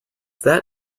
that